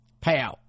payout